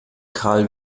karl